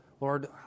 Lord